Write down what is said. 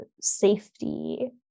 safety